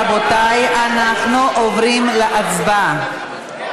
רבותיי, אנחנו עוברים להצבעה.